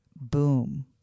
boom